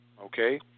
Okay